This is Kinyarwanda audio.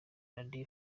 radiyo